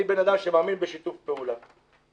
אני בן אדם שמאמין בשיתוף פעולה.